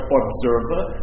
observer